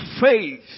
faith